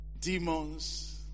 demons